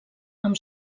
amb